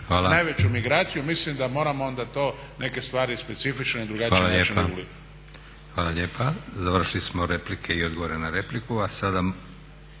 najveću migraciju mislim da moramo onda to neke stvari specifično i … **Leko, Josip (SDP)** Hvala lijepa. Završili smo replike i odgovore na repliku. Sada